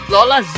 Lola